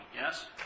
Yes